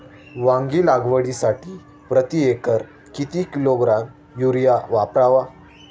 वांगी लागवडीसाठी प्रती एकर किती किलोग्रॅम युरिया वापरावा?